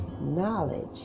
knowledge